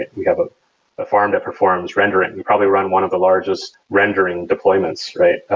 and we have a farm that performs rendering. we probably run one of the largest rendering deployments, right?